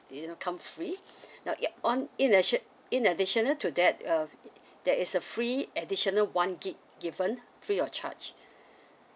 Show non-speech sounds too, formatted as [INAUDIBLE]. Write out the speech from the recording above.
you know come free now ya on in in additional to that uh there is a free additional one gig given free of charge [BREATH]